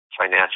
financial